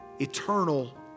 eternal